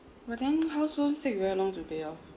but then house loan takes very long to pay off